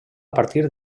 partir